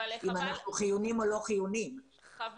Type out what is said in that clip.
אם אנחנו חיוניים או לא חיוניים -- תמי,